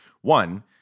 One